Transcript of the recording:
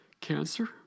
Cancer